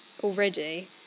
already